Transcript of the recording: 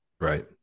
Right